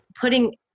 putting